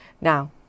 Now